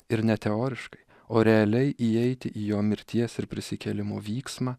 ir ne teoriškai o realiai įeiti į jo mirties ir prisikėlimo vyksmą